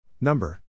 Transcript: Number